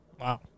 Wow